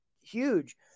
huge